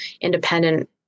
independent